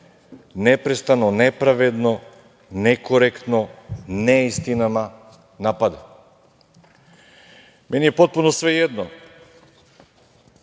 neprestano, nepravedno, nekorektno, neistinama napadaju. Meni je potpuno svejedno